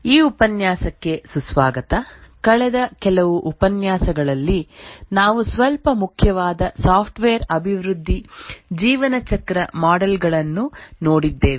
ಈ ಉಪನ್ಯಾಸಕ್ಕೆ ಸುಸ್ವಾಗತ ಕಳೆದ ಕೆಲವು ಉಪನ್ಯಾಸಗಳಲ್ಲಿ ನಾವು ಸ್ವಲ್ಪ ಮುಖ್ಯವಾದ ಸಾಫ್ಟ್ವೇರ್ ಅಭಿವೃದ್ಧಿ ಜೀವನಚಕ್ರ ಮಾಡೆಲ್ ಗಳನ್ನು ನೋಡಿದ್ದೇವೆ